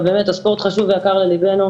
אבל באמת הספורט חשוב ויקר ללבנו.